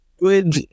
Good